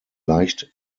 leicht